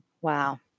Wow